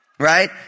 Right